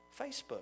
Facebook